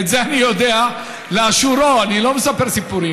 את זה אני יודע לאשורו, אני לא מספר סיפורים.